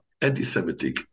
anti-Semitic